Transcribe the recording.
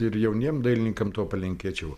ir jauniem dailininkam to palinkėčiau